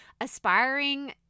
aspiring